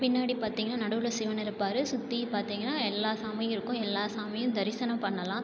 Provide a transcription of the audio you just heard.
பின்னாடி பார்த்தீங்கன்னா நடுவில் சிவன் இருப்பார் சுற்றி பார்த்தீங்கன்னா எல்லா சாமியும் இருக்கும் எல்லா சாமியும் தரிசனம் பண்ணலாம்